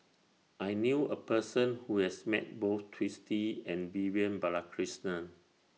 I knew A Person Who has Met Both Twisstii and Vivian Balakrishnan